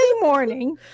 morning